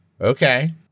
Okay